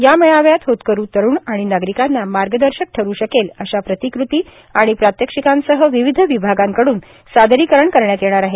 या मेळाव्यात होतकरु तरुण आणि नागरिकांना मार्गदर्शक ठरु शकेल अशा प्रतिकृती आणि प्रात्यक्षिकासह विविध विभागांकडून सादरीकरण करण्यात येणार आहे